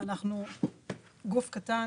אנחנו גוף קטן